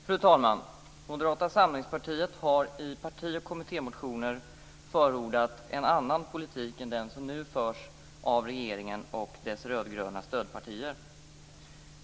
Fru talman! Moderata samlingspartiet har i partioch kommittémotioner förordat en annan politik än den som nu förs av regeringen och dess rödgröna stödpartier.